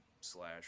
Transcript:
slash